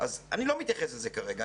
אני לא מתייחס לזה כרגע.